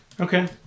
Okay